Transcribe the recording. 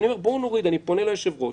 אני פונה ליושב-ראש: